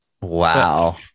Wow